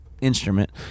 instrument